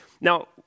Now